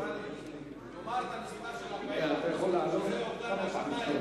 אבל לומר את המספר של 40% כאילו שזאת עובדה מהשמים,